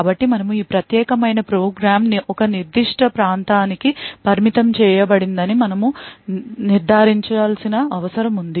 కాబట్టి మనము ఈ ప్రత్యేకమైన ప్రోగ్రామ్ ఒక నిర్దిష్ట ప్రాంతానికి పరిమితం చేయబడిందని మనము నిర్ధారించాల్సిన అవసరం ఉంది